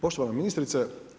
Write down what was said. Poštovana ministrice.